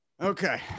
Okay